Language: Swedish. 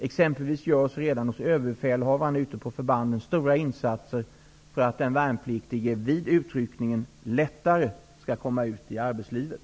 Exempelvis görs redan hos Överbefälhavaren och ute på förbanden stora insatser för att den värnpliktige vid utryckningen lättare skall kunna komma ut i arbetslivet.